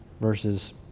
versus